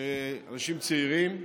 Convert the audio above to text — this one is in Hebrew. אנשים צעירים,